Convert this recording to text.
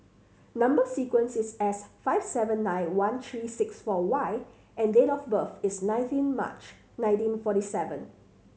number sequence is S five seven nine one three six four Y and date of birth is nineteen March nineteen forty seven